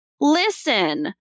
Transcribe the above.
listen